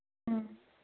ꯎꯝ